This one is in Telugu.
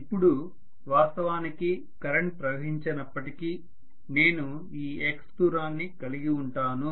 ఇప్పుడు వాస్తవానికి కరెంట్ ప్రవహించనప్పటికీ నేను ఈ x దూరాన్ని కలిగివుంటాను